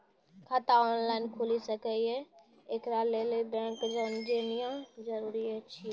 खाता ऑनलाइन खूलि सकै यै? एकरा लेल बैंक जेनाय जरूरी एछि?